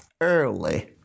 early